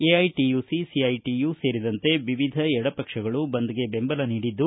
AITUC CITU ಸೇರಿದಂತೆ ವಿವಿಧ ಎಡಪಕ್ಷಗಳು ಬಂದ್ಗೆ ಬೆಂಬಲ ನೀಡಿದ್ದು